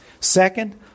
Second